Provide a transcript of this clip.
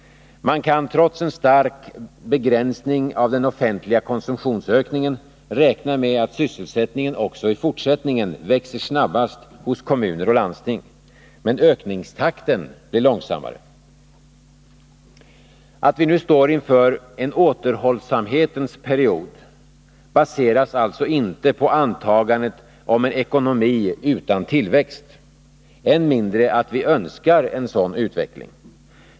Man kan trots en stark begränsning av den offentliga konsumtionsökningen räkna med att sysselsättningen också i fortsättningen växer snabbast hos kommuner och landsting. Men ökningstakten blir långsammare. Att vi nu står inför en återhållsamhetens period baseras alltså inte på antagandet om en ekonomi utan tillväxt — än mindre på att vi önskar en sådan utveckling.